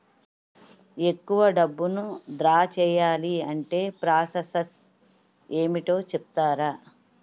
ఎక్కువ డబ్బును ద్రా చేయాలి అంటే ప్రాస సస్ ఏమిటో చెప్తారా?